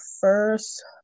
first